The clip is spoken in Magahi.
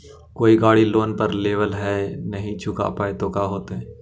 कोई गाड़ी लोन पर लेबल है नही चुका पाए तो का होतई?